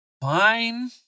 fine